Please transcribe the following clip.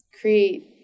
create